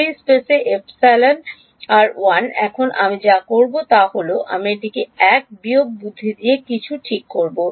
free স্পেসে epsilon আর 1 এখন আমি যা করব তা হল আমি এটিকে 1 বিয়োগ বুদ্ধি দিয়ে কিছু ঠিক করব